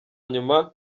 nyuma